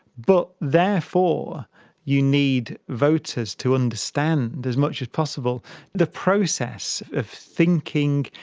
but therefore you need voters to understand as much as possible the process of thinking,